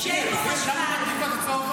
הם חוזרים לכפר שאין בו חשמל.